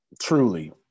truly